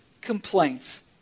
complaints